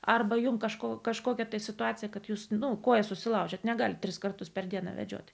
arba jums kažko kažkokią situaciją kad jūs nu koją susilaužėte negali tris kartus per dieną vedžioti